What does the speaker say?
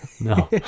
No